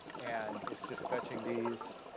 and it's just fetching these.